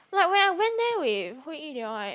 like when I went there with Hui-yi they all right